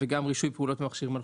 וגם רישוי פעולות של מכשירים אלחוטיים.